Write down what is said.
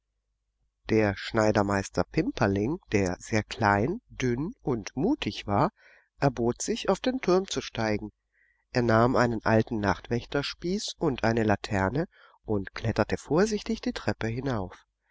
der schneidermeister pimperling der sehr klein dünn und mutig war erbot sich auf den turm zu steigen er nahm einen alten nachtwächterspieß und eine laterne und kletterte vorsichtig die treppe hinauf